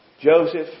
Joseph